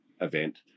event